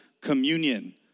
communion